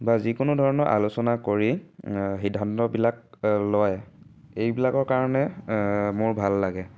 বা যিকোনো ধৰণৰ আলোচনা কৰি সিদ্ধান্তবিলাক লয় এইবিলাকৰ কাৰণে মোৰ ভাল লাগে